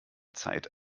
zeit